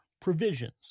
provisions